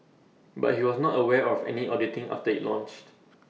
but he was not aware of any auditing after IT launched